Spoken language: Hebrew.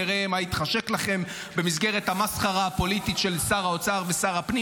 נראה מה יתחשק לכם במסגרת המסחרה הפוליטית של שר האוצר ושר הפנים